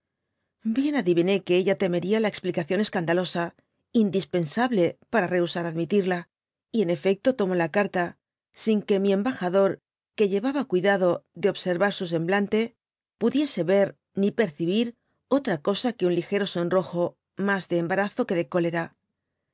bien adiviné que ella temería la explicación escandalosa indispensable para re húsar admitirla y en efecto tomé la carta sin que mi emba ador quc llevaba cuidado de observar su semblante pudiese ver ni percibir otra cosa que un ligero sonrojo mas de embarazo que de cólera